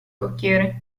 cocchiere